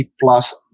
plus